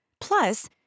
Plus